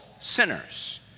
sinners